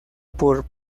por